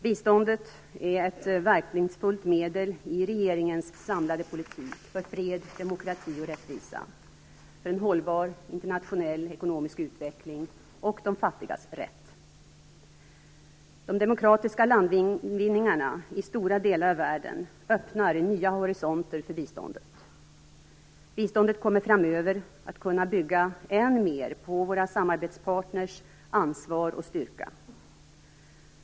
Biståndet är ett verkningsfullt medel i regeringens samlade politik för fred, demokrati och rättvisa, för en hållbar internationell ekonomisk utveckling och de fattigas rätt. De demokratiska landvinningarna i stora delar av världen öppnar nya horisonter för biståndet. Biståndet kommer framöver att kunna bygga än mer på våra samarbetspartners ansvar och styrka.